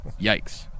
Yikes